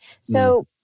So-